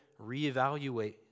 reevaluate